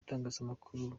itangazamakuru